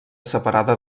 separada